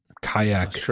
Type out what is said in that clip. kayak